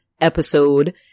episode